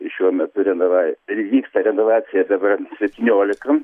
i šiuo metu renova ir vyksta renovacija dabar septyniolikam